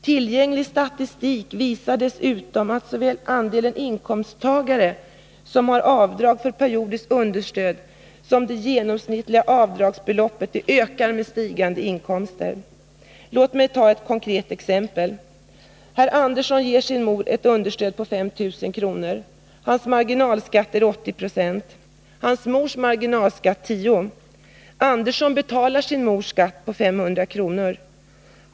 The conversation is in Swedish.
Tillgänglig statistik visar dessutom att både andelen inkomsttagare som har avdrag för periodiskt understöd och det genomsnittliga avdragsbeloppet ökar med stigande inkomst. Låt mig ta ett konkret exempel. Herr Andersson ger sin mor ett understöd på 5 000 kr. Hans marginalskatt är 80 20. Hans mors marginalskatt är 10 90. Andersson betalar sin mors skatt på 500 kr.